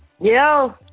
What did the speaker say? Yo